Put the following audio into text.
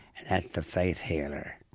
that's the faith healer.